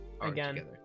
again